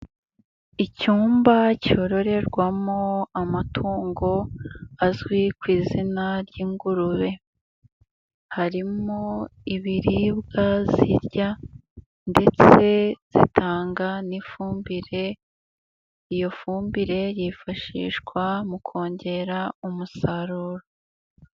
Icyumba cyororerwamo amatungo azwi ku izina ry'ingurube. Harimo ibiribwa zirya ndetse zitanga n'ifumbire ,iyo fumbire yifashishwa mu kongera umusaruro.